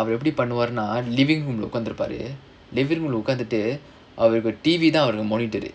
atha mudikkanum itha atha mudikkanum paathona namakku vanthu namma enna ninaipponaa ivarukku vanthu veetula kudumbamae irukkaathaa illa yaarum evanum theda maattaangalaanuthaa yosippom illa athaavathu avaroda online lectures பாத்தினா அவர் எப்படி பண்ணுவாருனா:paathinaa avar eppadi pannuvaarunaa living room leh உக்காந்திருப்பாரு:ukkaanthiruppaaru living room leh உக்காந்துட்டு:ukkaanthuttu T_V தான் அவருக்கு:thaan avarukku monitor